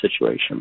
situation